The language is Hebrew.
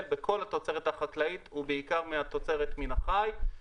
בכל התוצרת החקלאית ובעיקר התוצרת מן החי.